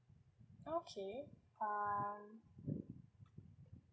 okay um